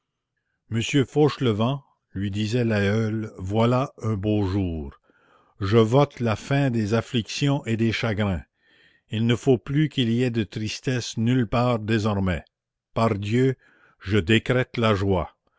monsieur fauchelevent lui disait l'aïeul voilà un beau jour je vote la fin des afflictions et des chagrins il ne faut plus qu'il y ait de tristesse nulle part désormais pardieu je décrète la joie